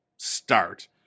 start